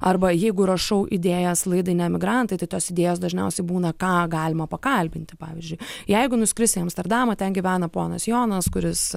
arba jeigu rašau įdėjas laidai ne emigrantai tai tos idėjos dažniausiai būna ką galima pakalbinti pavyzdžiui jeigu nuskris į amsterdamą ten gyvena ponas jonas kuris